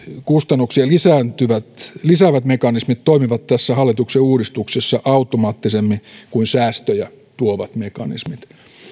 kustannuksia lisäävät mekanismit toimivat tässä hallituksen uudistuksessa automaattisemmin kuin säästöjä tuovat mekanismit